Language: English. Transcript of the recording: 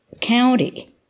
county